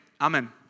Amen